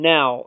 Now